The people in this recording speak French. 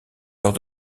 lors